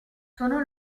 sono